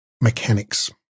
mechanics